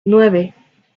nueve